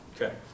Okay